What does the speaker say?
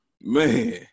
man